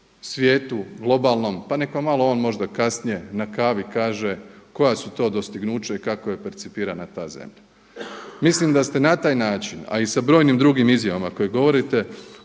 svijetu globalnom pa nek vam malo on možda kasnije na kavi kaže koja su to dostignuća i kako je percipirana ta zemlja. Mislim da ste na taj način a i sa brojnim drugim izjavama koje govorite